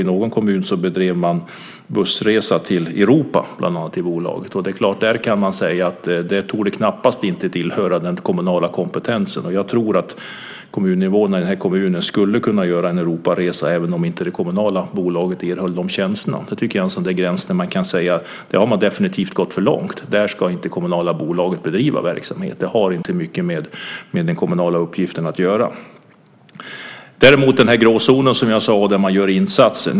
I någon kommun bedrev man bland annat bussresa till Europa i bolaget. Det torde knappast tillhöra den kommunala kompetensen. Jag tror att kommuninvånarna i den kommunen skulle kunna göra en Europaresa även om inte det kommunala bolaget erbjöd de tjänsterna. Det finns en gräns, och där har man definitivt gått för långt. Där ska det kommunala bolaget inte bedriva verksamhet. Det har inte mycket med den kommunala uppgiften att göra. Däremot finns det en gråzon där man gör insatser.